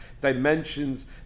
dimensions